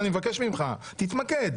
ואני מבקש ממך: תתמקד.